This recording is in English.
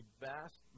vast